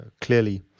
clearly